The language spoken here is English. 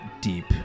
deep